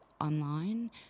online